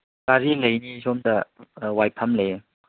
ꯒꯥꯔꯤ ꯂꯩꯅꯤ ꯁꯣꯝꯗ ꯋꯥꯏꯐꯝ ꯂꯩꯌꯦ